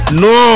no